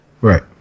Right